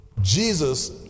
Jesus